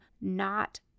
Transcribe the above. not-